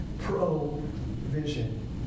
Pro-vision